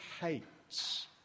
hates